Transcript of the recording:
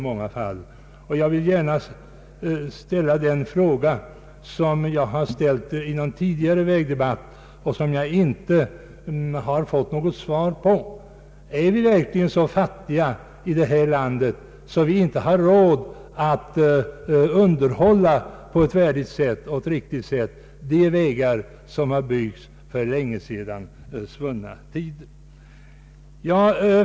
Jag vill därför gärna upprepa en fråga som jag ställt redan i tidigare vägdebatter men inte fått något svar på: Är vi verkligen så fattiga i det här landet att vi inte har råd att på ett riktigt sätt underhålla de vägar som byggts i svunna tider?